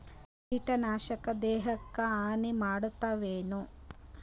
ಕೀಟನಾಶಕ ದೇಹಕ್ಕ ಹಾನಿ ಮಾಡತವೇನು?